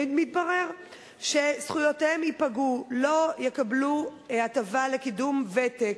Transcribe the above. ומתברר שזכויותיהם ייפגעו: לא יקבלו הטבה לקידום ותק,